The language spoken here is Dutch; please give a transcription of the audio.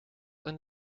een